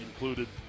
included